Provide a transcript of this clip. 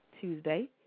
Tuesday